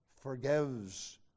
forgives